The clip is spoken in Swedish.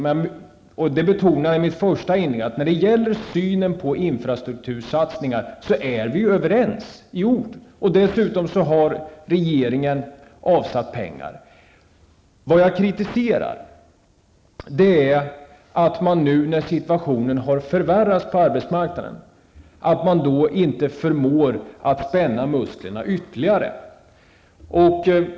I mitt första inlägg betonade jag att vi är överens beträffande synen på infrastruktursatsningar, i ord. Dessutom har regeringen avsatt pengar. Jag kritiserar att man nu när situationen har förvärrats på arbetsmarknaden inte förmår att spänna musklerna ytterligare.